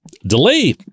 Delay